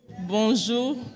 Bonjour